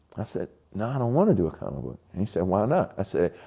i said, nah, i don't wanna do a comic book. and he said, why not? i said,